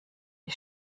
die